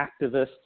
activists